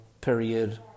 period